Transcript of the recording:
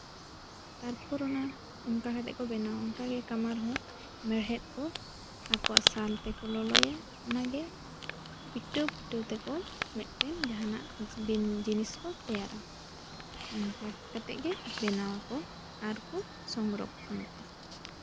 ᱛᱟᱨᱯᱚᱨ ᱚᱱᱟ ᱚᱱᱠᱟ ᱠᱟᱛᱮ ᱠᱚ ᱵᱮᱱᱟᱣᱟ ᱚᱱᱠᱟ ᱜᱮ ᱠᱟᱢᱟᱨ ᱦᱚᱸ ᱢᱮᱬᱦᱮᱫ ᱠᱚ ᱟᱠᱚᱣᱟᱜ ᱥᱟᱞ ᱛᱮᱠᱚ ᱞᱚᱞᱚᱭᱟ ᱚᱱᱟ ᱜᱮ ᱯᱤᱴᱟᱹᱣ ᱯᱤᱴᱟᱹᱣ ᱛᱮᱠᱚ ᱢᱤᱫᱴᱮᱱ ᱡᱟᱦᱟᱱᱟᱜ ᱵᱤᱱ ᱡᱤᱱᱤᱥ ᱠᱚ ᱛᱮᱭᱟᱨᱟ ᱚᱱᱠᱟ ᱠᱟᱛᱮ ᱜᱮ ᱵᱮᱱᱟᱣᱟᱠᱚ ᱟᱨ ᱠᱚ ᱥᱚᱝ ᱨᱚᱠᱠᱷᱚᱱᱟᱠᱚ